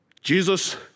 Jesus